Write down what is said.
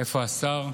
איפה השר?